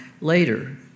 later